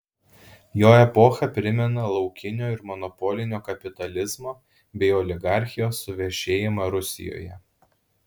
jo epocha primena laukinio ir monopolinio kapitalizmo bei oligarchijos suvešėjimą rusijoje